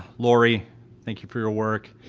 laurie thank you for your work,